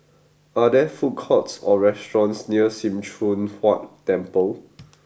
are there food courts or restaurants near Sim Choon Huat Temple